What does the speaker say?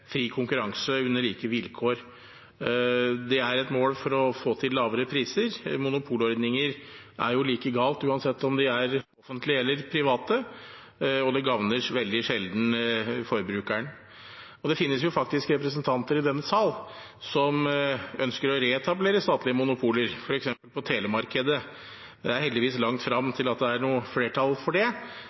fri konkurranse under like vilkår. Det er et mål for å få til lavere priser. Monopolordninger er like galt uansett om de er offentlige eller private, og de gagner veldig sjelden forbrukeren. Det finnes jo faktisk representanter i denne sal som ønsker å reetablere statlige monopoler, f.eks. på telemarkedet. Det er heldigvis langt frem til at det er noe flertall for det.